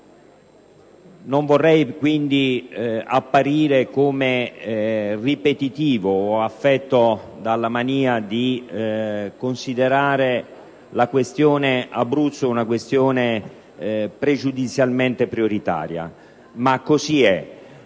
Non vorrei quindi apparire come ripetitivo o affetto dalla mania di considerare la questione dell'Abruzzo pregiudizialmente prioritaria, ma così è.